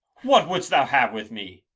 what wouldst thou have with me?